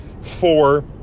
four